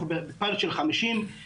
אנחנו בפיילוט של 50 בתי ספר,